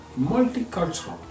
Multicultural